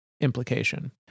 implication